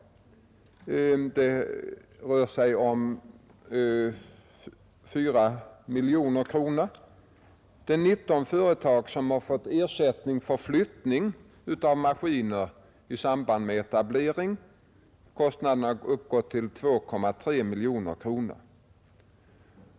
Det rör sig om fyra miljoner kronor. 19 företag har fått ersättning för flyttning av maskiner i samband med etablering. Kostnaderna uppgår till 2,3 miljoner kronor.